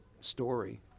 story